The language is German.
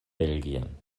belgien